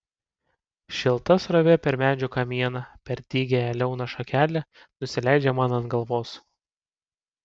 šilta srovė per medžio kamieną per dygiąją liauną šakelę nusileidžia man ant galvos